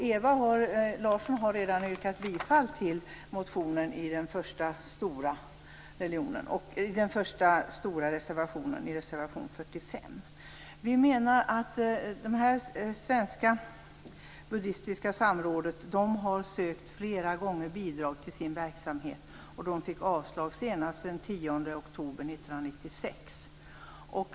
Ewa Larsson har redan yrkat bifall till reservation De svenska buddistiska samfunden har flera gånger sökt bidrag till sin verksamhet. De fick avslag senast den 10 oktober 1996.